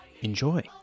Enjoy